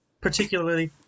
particularly